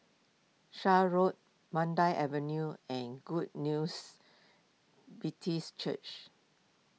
Shan Road Mandai Avenue and Good News Baptist Church